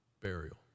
burial